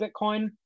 Bitcoin